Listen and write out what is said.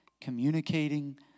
Communicating